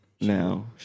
now